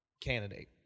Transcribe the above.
candidate